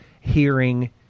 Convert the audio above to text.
hearing